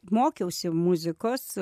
mokiausi muzikos